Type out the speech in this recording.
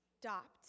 stopped